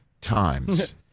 times